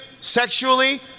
sexually